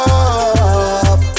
up